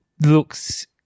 looks